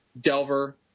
Delver